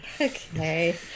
okay